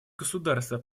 государства